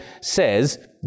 says